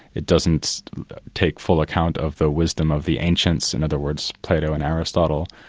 it doesn't take full account of the wisdom of the ancients, in other words, plato and aristotle,